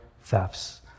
thefts